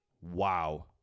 Wow